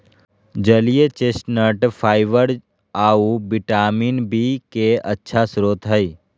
जलीय chestnut fibre आऊ vitamin B के अच्छा स्रोत हइ